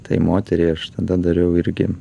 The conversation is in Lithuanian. tai moteriai aš tada dariau irgi